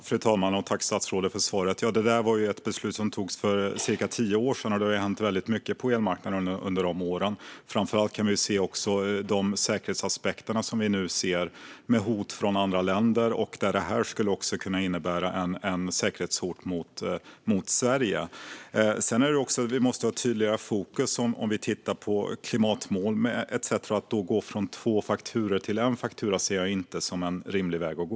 Fru talman! Tack, statsrådet, för svaret! Detta är ju ett beslut som togs för cirka tio år sedan. Det har hänt väldigt mycket på elmarknaden under dessa år. Framför allt kan vi nu se säkerhetsaspekter med hot från andra länder. Detta skulle kunna innebära ett säkerhetshot mot Sverige. Vi måste också ha ett tydligare fokus när vi tittar på klimatmål etcetera. Att då gå från två fakturor till en faktura ser jag inte som en rimlig väg att gå.